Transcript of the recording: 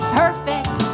perfect